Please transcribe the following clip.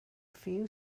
few